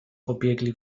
pobiegli